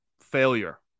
failure